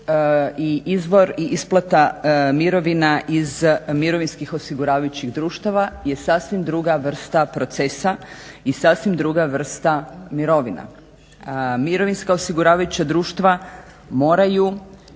izvor i isplata mirovina iz mirovinskih osiguravajućih društava je sasvim druga vrsta procesa i sasvim druga vrsta mirovina. Mirovinska osiguravajuća društva moraju